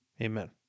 amen